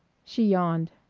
she yawned.